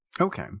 okay